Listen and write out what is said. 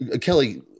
Kelly